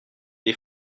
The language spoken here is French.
des